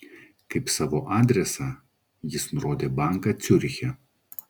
kaip savo adresą jis nurodė banką ciuriche